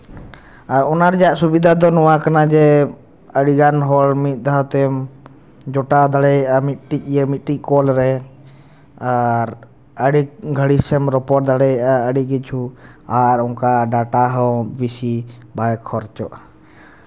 ᱟᱨ ᱚᱱᱟ ᱨᱮᱭᱟᱜ ᱥᱩᱵᱤᱫᱷᱟ ᱫᱚ ᱱᱚᱣᱟ ᱠᱟᱱᱟ ᱡᱮ ᱟᱹᱰᱤᱜᱟᱱ ᱦᱚᱲ ᱢᱤᱫᱫᱷᱟᱣ ᱛᱮᱢ ᱡᱚᱴᱟᱣ ᱫᱟᱲᱮᱭᱟᱜᱼᱟ ᱢᱤᱫᱴᱤᱡ ᱤᱭᱟᱹ ᱢᱤᱫᱴᱤᱡ ᱠᱚᱞ ᱨᱮ ᱟᱨ ᱟᱹᱰᱤ ᱜᱷᱟᱲᱤᱡᱮᱢ ᱨᱚᱯᱚᱲ ᱫᱟᱲᱮᱭᱟᱜ ᱟᱹᱰᱤ ᱠᱤᱪᱷᱩ ᱟᱨ ᱚᱱᱠᱟ ᱰᱟᱴᱟ ᱦᱚᱸ ᱵᱮᱥᱤ ᱵᱟᱭ ᱠᱷᱚᱨᱚᱪᱚᱜᱼᱟ